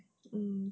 mm